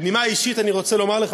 בנימה אישית אני רוצה לומר לך,